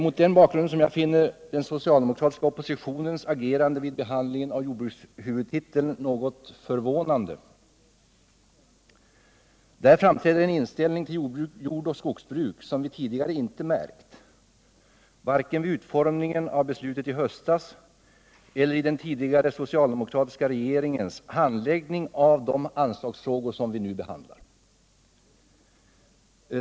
Mot denna bakgrund finner jag den socialdemokratiska oppositionens agerande vid behandlingen av jordbrukshuvudtiteln något förvånande. Där framträder en inställning till jordoch skogsbruket som vi tidigare inte märkt, varken vid utformningen av beslutet i höstas eller i den tidigare socialdemokratiska regeringens handläggning av de anslagsfrågor vi nu behandlar.